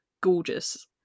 gorgeous